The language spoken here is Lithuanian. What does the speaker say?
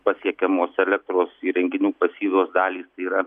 pasiekiamos elektros įrenginių pasyvios dalys yra